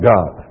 God